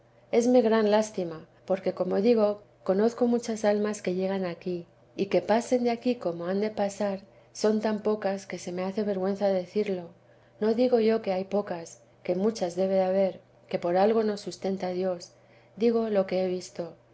decir esme gran lástima porque como digo conozco muchas almas que llegan aquí y que pasen de aquí como han de pasar son tan pocas que se me hace vergüenza decirlo no digo yo que hay pocas que muchas debe de haber que por algo nos sustenta dios digo lo que he visto